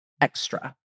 extra